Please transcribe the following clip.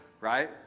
right